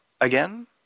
again